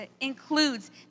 includes